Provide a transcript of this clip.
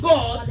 God